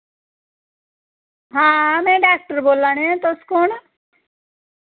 हां में डाक्टर बोला निं तुस कौन